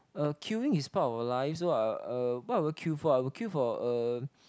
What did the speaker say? uh queuing is part of our life so uh what will I queue for I will queue for uh